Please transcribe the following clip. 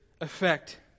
effect